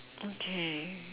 okay